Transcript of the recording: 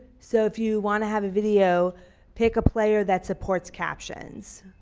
so if you want to have a video pick a player that supports captions,